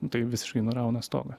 tai visiškai nurauna stogą